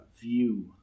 view